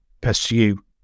pursue